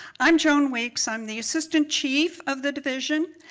i'm joan weeks. i'm the assistant chief of the division,